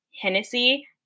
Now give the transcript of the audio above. Hennessy